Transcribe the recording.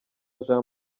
jean